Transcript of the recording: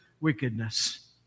wickedness